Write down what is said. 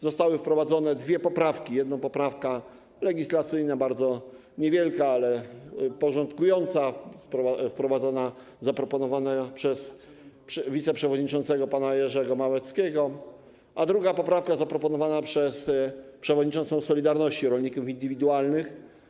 Zostały wprowadzone dwie poprawki: jedna poprawka legislacyjna, bardzo niewielka, ale porządkująca, zaproponowana przez wiceprzewodniczącego pana Jerzego Małeckiego, i druga poprawka zaproponowana przez przewodniczącą ˝Solidarności˝ rolników indywidualnych.